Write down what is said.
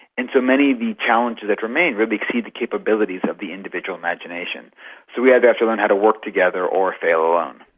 and so many of the challenges that remain really exceed the capabilities of the individual imagination. so we either have to learn how to work together or fail alone.